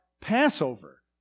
Passover